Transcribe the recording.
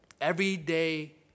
everyday